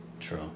True